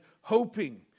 hoping